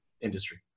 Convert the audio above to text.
industry